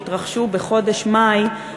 שהתרחשו בחודש מאי,